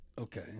okay